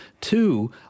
Two